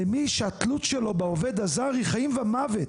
למי שהתלות של בעובד הזר היא חיים ומוות.